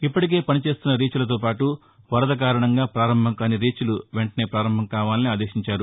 ఇప్పటికే పనిచేస్తున్న రీచ్లతో పాటు వరద కారణంగా పారంభంకాని రీచ్ లు వెంటనే ప్రారంభం కావాలని ఆదేశించారు